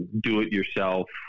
Do-it-yourself